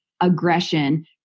aggression